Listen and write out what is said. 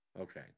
Okay